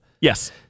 Yes